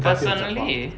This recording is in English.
personally